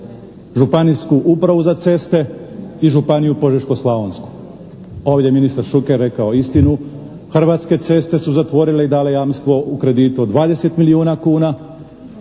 Županijsku upravu za ceste i Županiju požeško-slavonsku. Ovdje je ministar Šuker rekao istinu, Hrvatske ceste su zatvorile i dale jamstvo u kreditu od 20 milijuna kuna,